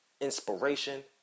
inspiration